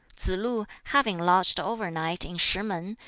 tsz-lu, having lodged overnight in shih-mun,